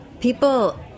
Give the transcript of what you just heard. people